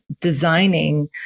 designing